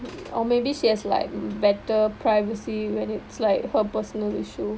or maybe she has like better privacy when it's like her personal issue